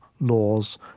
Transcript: laws